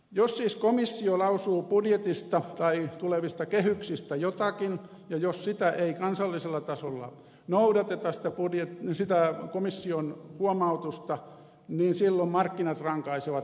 jos siis komissio lausuu budjetista tai tulevista kehyksistä jotakin ja jos ei kansallisella tasolla noudateta sitä komission huomautusta niin silloin markkinat rankaisevat välittömästi